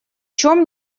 чем